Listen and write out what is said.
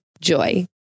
Joy